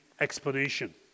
explanation